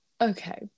Okay